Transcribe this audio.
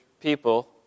people